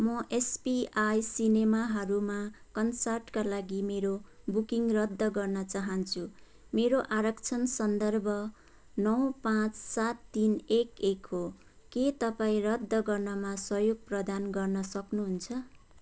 म एसपिआई सिनेमाहरूमा कन्सर्टका लागि मेरो बुकिङ रद्द गर्न चाहन्छु मेरो आरक्षण सन्दर्भ नौ पाँच सात तिन एक एक हो के तपाईँ रद्द गर्नमा सहयोग प्रदान गर्न सक्नुहुन्छ